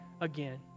again